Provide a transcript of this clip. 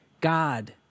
God